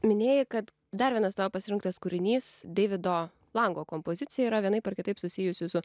minėjai kad dar vienas tavo pasirinktas kūrinys deivido lango kompozicija yra vienaip ar kitaip susijusi su